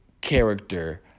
character